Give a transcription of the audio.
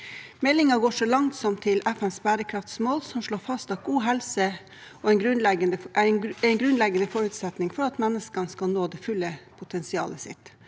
Meldingen går så langt som til FNs bærekraftsmål, som slår fast at god helse er en grunnleggende forutsetning for at menneskene skal nå det fulle potensialet sitt,